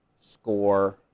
Score